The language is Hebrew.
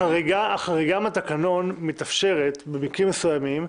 החריגה מתאפשרת במקרים מסוימים,